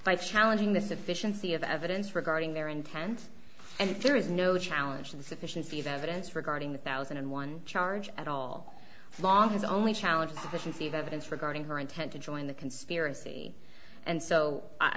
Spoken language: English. by challenging the sufficiency of evidence regarding their intent and there is no challenge to the sufficiency of evidence regarding the thousand and one charge at all long has only challenged sufficiency of evidence regarding her intent to join the conspiracy and so i